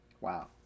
wow